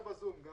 בזום.